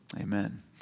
Amen